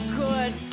good